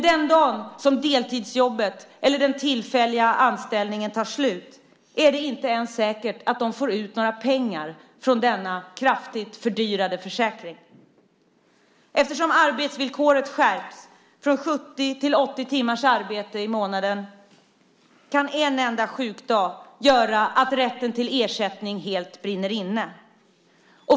Den dag som deltidsjobbet eller den tillfälliga anställningen tar slut är det inte ens säkert att de får ut några pengar från denna kraftigt fördyrade försäkring. Eftersom arbetsvillkoret skärps från 70 till 80 timmars arbete i månaden kan en enda sjukdag göra att rätten till ersättning helt brinner inne.